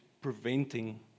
preventing